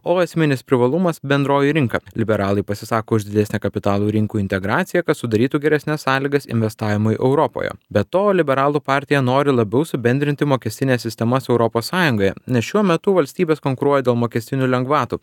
o esminis privalumas bendroji rinka liberalai pasisako už didesnę kapitalo rinkų integraciją kad sudarytų geresnes sąlygas investavimui europoje be to liberalų partija nori labiau subendrinti mokestines sistemas europos sąjungoje nes šiuo metu valstybės konkuruoja dėl mokestinių lengvatų